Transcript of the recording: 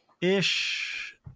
ish